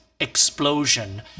explosion